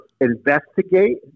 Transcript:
investigate